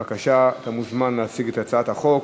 בבקשה, אתה מוזמן להציג את הצעת החוק.